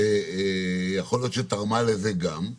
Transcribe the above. יכול להיות שתרמה לזה גם,